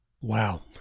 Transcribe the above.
Wow